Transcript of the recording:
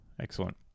Excellent